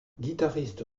guitariste